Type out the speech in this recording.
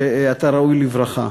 שאתה ראוי לברכה.